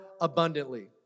abundantly